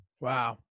Wow